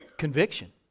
conviction